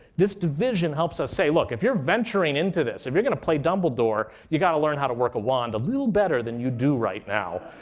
this division helps us say, look, if you're venturing into this, if you're going to play dumbledore, you gotta learn how to work a wand a little better than you do right now,